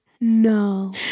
No